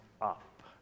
up